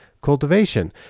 cultivation